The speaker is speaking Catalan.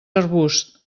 arbust